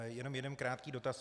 Jenom jeden krátký dotaz.